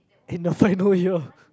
in the final year